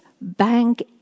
Bank